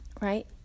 Right